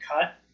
cut